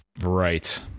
Right